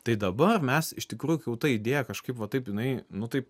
tai dabar mes iš tikrųjų kai jau ta idėja kažkaip va taip jinai nu taip